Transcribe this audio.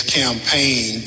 campaign